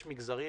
יש מגזרים